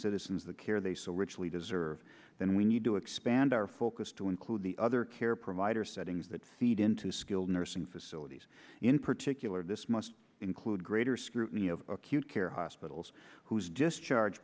citizens the care they so richly deserve then we need to expand our focus to include the other care providers settings that feed into skilled nursing facilities in particular this must include greater scrutiny of acute care hospitals whose discharge